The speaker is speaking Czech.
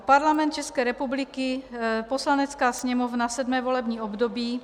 Parlament České republiky, Poslanecká sněmovna, sedmé volební období.